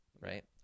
right